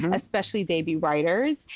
and especially debut writers.